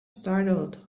startled